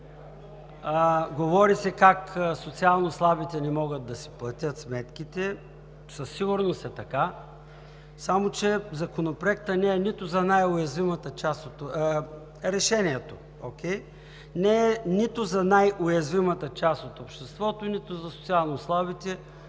говори се как социално слабите не могат да си платят сметките. Със сигурност е така, само че решението не е нито за най-уязвимата част от обществото, нито за социално слабите